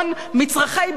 על מצרכי בסיס,